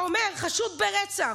חשוד ברצח,